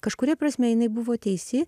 kažkuria prasme jinai buvo teisi